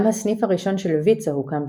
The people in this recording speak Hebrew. גם הסניף הראשון של ויצו הוקם בלונדון,